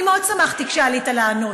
אני מאוד שמחתי כשעלית לענות.